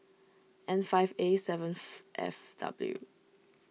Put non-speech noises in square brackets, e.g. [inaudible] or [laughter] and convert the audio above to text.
N five A seven [noise] F W